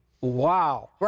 wow